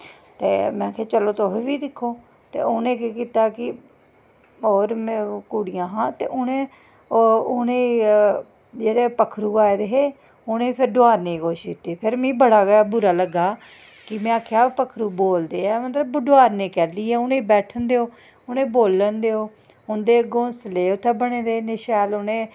में आखेआ चलो तुस बी दिक्खो ते उ'नें केह् कीता होर कुड़ियां हां ते उ'नें उ'नें जेह्ड़े पक्खरू आए दे हे उ'नें फिर डोआरने दी कोशश कीती फिर मिगी बड़ा गै बुरा लग्गा में आखेआ पक्खरू बोलदे ऐं डोआरने कैल्ली ऐं उ'नें गी बोलन देओ उं'दे घोसले बने दे उं'दे इन्ने शैेल